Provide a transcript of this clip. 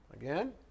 again